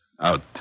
Out